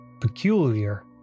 peculiar